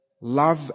love